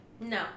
No